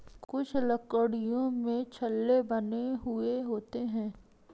कुछ लकड़ियों में छल्ले बने हुए होते हैं